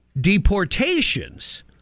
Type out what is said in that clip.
deportations